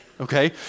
Okay